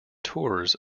tours